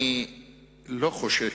אני לא חושב,